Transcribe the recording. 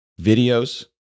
videos